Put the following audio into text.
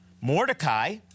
Mordecai